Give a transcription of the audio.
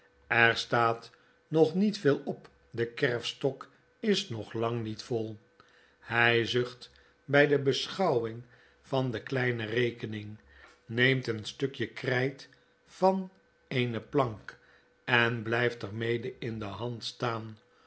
er staat nog niet veel op de kerfstok is nog lang niet vol hy zucht bfl de beschouwing van de kleine rekening neemt een stukje krjjt van eene plank en blflft er mede in de hand staan